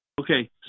Okay